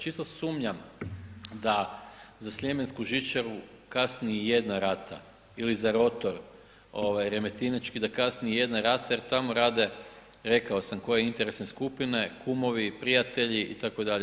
Čisto sumnjam da za sljemensku žičaru kasni jedna rata ili za rotor remetinečki da kasni jedna rata jer tamo rade, rekao sam koje interesne skupine, kumovi, prijatelji itd.